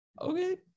Okay